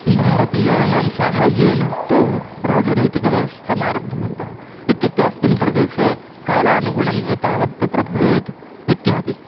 भारतीयानां साहाय्येन ते राजनैतिकव्यवस्थाम् आरब्धवन्तः इत्युक्ते अस्मिन् प्रदेशे कालानुगुणम् एतावद् तत्र भवेत् इत्यादि